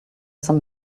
zum